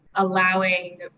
allowing